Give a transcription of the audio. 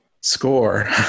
score